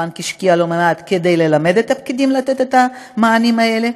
הבנק השקיע לא מעט כדי ללמד את הפקידים לתת את המענים האלה,